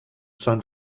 san